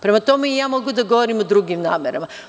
Prema tome i ja mogu da govorim o drugim namerama.